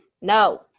No